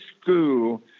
school